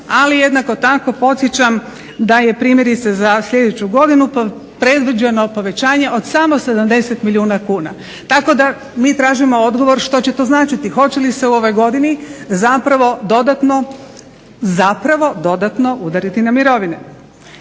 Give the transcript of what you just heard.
Ali jednako tako podsjećam da je primjerice za sljedeću godinu predviđeno povećanje od samo 70 milijuna kuna. Tako da mi tražimo odgovor što će to značiti? Hoće li se u ovoj godini zapravo dodatno udariti na mirovine?